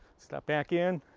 step back in,